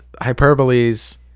Hyperboles